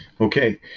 Okay